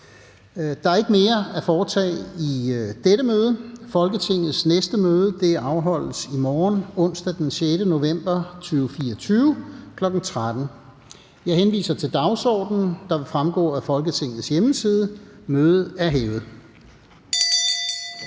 Der er ikke mere at foretage i dette møde. Folketingets næste møde afholdes i morgen, onsdag den 6. november 2024, kl. 13.00. Jeg henviser til dagsordenen, der vil fremgå af Folketingets hjemmeside. Mødet er hævet.